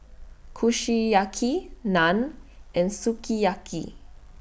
Kushiyaki Naan and Sukiyaki